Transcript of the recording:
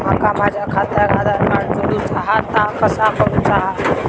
माका माझा खात्याक आधार कार्ड जोडूचा हा ता कसा करुचा हा?